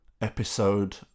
episode